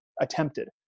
attempted